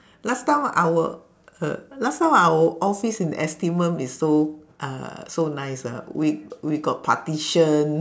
last time our uh last time our office in the is so uh so nice ah we we got partition